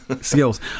Skills